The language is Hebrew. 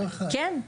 כן.